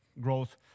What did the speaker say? growth